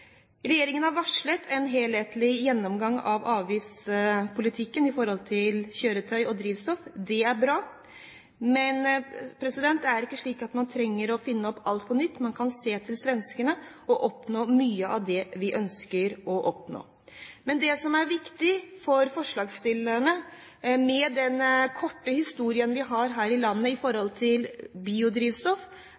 Regjeringen har varslet en helhetlig gjennomgang av avgiftspolitikken i forhold til kjøretøy og drivstoff. Det er bra. Men det er ikke slik at man trenger å finne opp alt på nytt, man kan se til svenskene og oppnå mye av det vi ønsker å oppnå. Men det som er viktig for forslagsstillerne, med den korte historien vi har her i landet